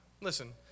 listen